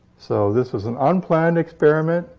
so this was an unplanned experiment,